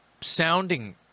sounding